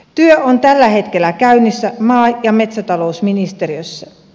työ on tällä hetkellä käynnissä maa ja metsätalousministeriössä